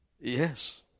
Yes